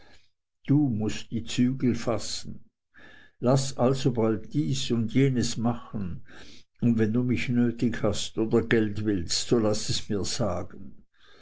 du mußt die zügel fassen laß alsobald dies und jenes machen und wenn du mich nötig hast oder geld willst so laß es mir sagen